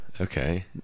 Okay